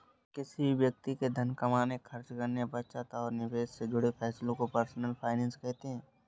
किसी भी व्यक्ति के धन कमाने, खर्च करने, बचत और निवेश से जुड़े फैसलों को पर्सनल फाइनैन्स कहते हैं